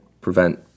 prevent